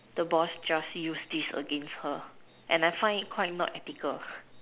the boss just use this against her and I find it quite not ethical